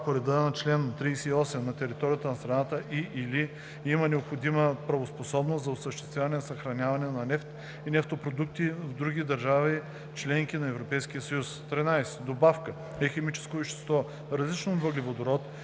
по реда на чл. 38 на територията на страната и/или има необходимата правоспособност за осъществяване на съхраняване на нефт и нефтопродукти в други държави – членки на Европейския съюз. 13. „Добавка“ е химическо вещество, различно от въглеводород,